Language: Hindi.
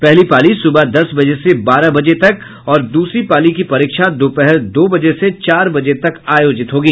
पहली पाली सुबह दस बजे से बारह बजे तक और दूसरी पाली की परीक्षा दोपहर दो बजे से चार बजे तक आयोजित होगी